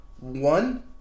One